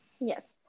Yes